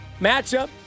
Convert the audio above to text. matchup